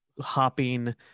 hopping